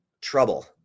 trouble